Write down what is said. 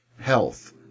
health